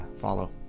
follow